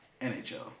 NHL